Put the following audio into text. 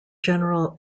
general